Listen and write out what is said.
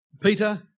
Peter